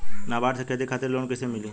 नाबार्ड से खेती खातिर लोन कइसे मिली?